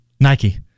Nike